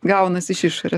gaunasi iš išorė